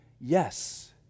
Yes